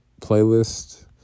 playlist